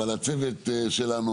אבל הצוות שלנו,